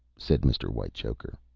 said mr. whitechoker.